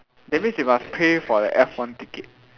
that means you must pay for the F one ticket